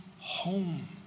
home